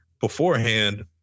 beforehand